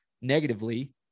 negatively